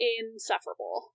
insufferable